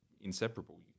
inseparable